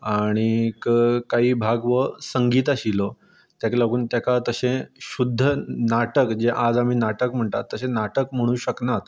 आनीक काही भाग हो संगीत आशिल्लो तेका लागून तेका तशें शुध्द नाटक जें आज आमी नाटक म्हणटात तशें नाटक म्हणूंक शकनात